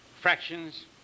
fractions